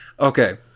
okay